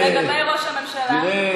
לגבי ראש הממשלה?